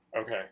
Okay